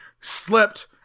slipped